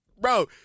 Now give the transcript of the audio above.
Bro